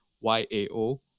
Y-A-O